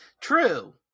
True